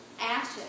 ashes